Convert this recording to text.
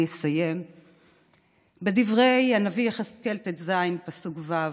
אני אסיים בדברי הנביא יחזקאל, פרק ט"ז, פסוק ו':